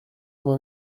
vingt